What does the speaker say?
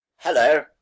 Hello